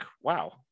wow